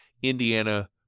Indiana